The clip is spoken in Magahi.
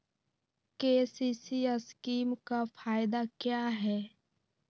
के.सी.सी स्कीम का फायदा क्या है?